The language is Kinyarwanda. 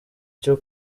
cyo